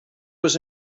was